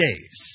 days